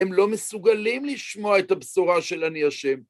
הם לא מסוגלים לשמוע את הבשורה של אני השם.